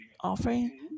offering